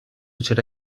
چرا